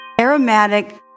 aromatic